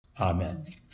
Amen